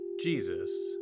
Jesus